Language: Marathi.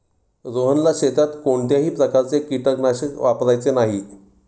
रोहनला शेतात कोणत्याही प्रकारचे कीटकनाशक वापरायचे नाही